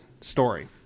story